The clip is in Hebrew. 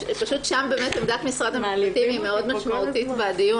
פשוט שם באמת עמדת משרד המשפטים היא מאוד משמעותית בדיון.